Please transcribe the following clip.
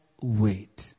wait